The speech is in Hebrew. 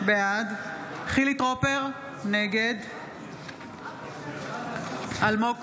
בעד חילי טרופר, נגד אלמוג כהן,